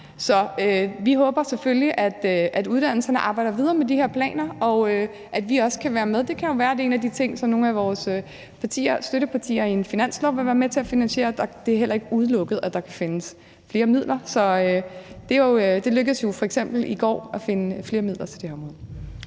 Så vi håber selvfølgelig, at uddannelserne arbejder videre med de her planer, og at vi også kan være med. Det kan jo være, det er en af de ting, som nogle af vores støttepartier i en finanslov vil være med til at finansiere, og det er heller ikke udelukket, at der kan findes flere midler. Det lykkedes jo for eksempel i går at finde flere midler til det her område.